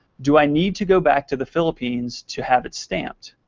do i need to go back to the philippines to have it stamped?